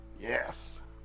Yes